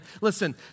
listen